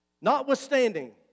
Notwithstanding